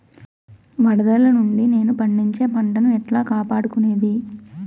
వరదలు నుండి నేను పండించే పంట ను ఎట్లా కాపాడుకునేది?